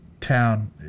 town